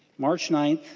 march nine